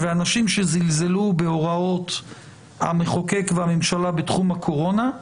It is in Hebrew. ואנשים שזלזלו בהוראות המחוקק והממשלה בתחום הקורונה,